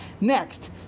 Next